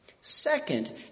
Second